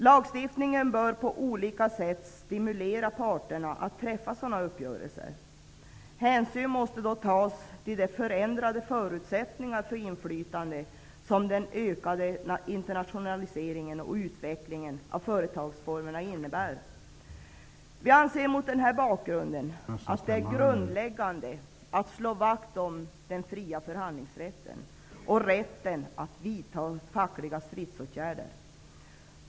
Lagstiftningen bör på olika sätt stimulera parterna att träffa sådana uppgörelser. Hänsyn måste därvid tas till de förändrade förutsättningar för inflytande som den ökade internationaliseringen och utvecklingen av företagsformer innebär. Vi anser mot denna bakgrund att det är grundläggande att slå vakt om den fria förhandlingsrätten och rätten att vidta fackliga stridsåtgärder.